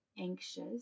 anxious